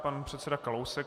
Pan předseda Kalousek.